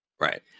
Right